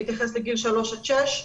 בהתייחס לגיל שלוש עד שש,